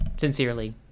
sincerely